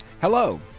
Hello